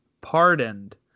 pardoned